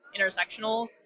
intersectional